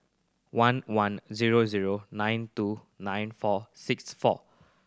one one zero zero nine two nine four six four